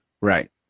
right